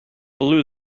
blew